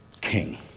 king